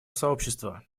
сообщества